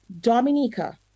Dominica